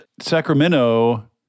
Sacramento